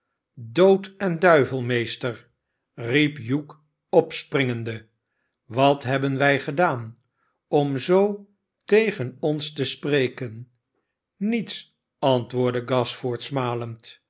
dood en duivel meester riep hugh opspringende wat hebben wij gedaan om zoo tegen ons te spreken niets antwoordde gashford smalend